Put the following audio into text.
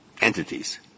entities